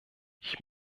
ich